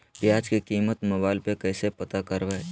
प्याज की कीमत मोबाइल में कैसे पता करबै?